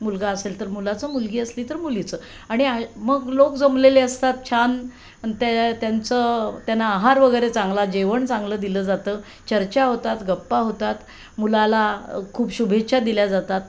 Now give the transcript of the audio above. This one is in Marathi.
मुलगा असेल तर मुलाचं मुलगी असली तर मुलीचं आणि मग लोक जमलेले असतात छान त्या त्यांचं त्यांना आहार वगैरे चांगला जेवण चांगलं दिलं जातं चर्चा होतात गप्पा होतात मुलाला खूप शुभेच्छा दिल्या जातात